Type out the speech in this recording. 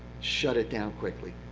shut it down quickly?